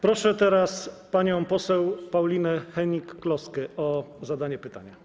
Proszę teraz panią poseł Paulinę Hennig-Kloskę o zadanie pytania.